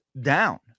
down